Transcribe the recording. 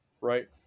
right